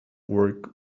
work